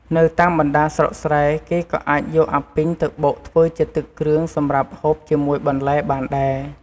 នៅតាមបណ្តាស្រុកស្រែ គេក៏អាចយកអាពីងទៅបុកធ្វើជាទឹកគ្រឿងសម្រាប់ហូបជាមួយបន្លែបានដែរ។